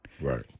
Right